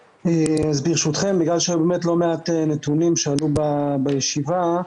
ברשותכם, בגלל שלא מעט נתונים עלו בישיבה,